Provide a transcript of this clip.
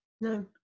no